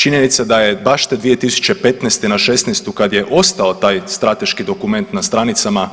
Činjenica da je baš te 2015. na '16. kad je ostao taj strateški dokument na stranicama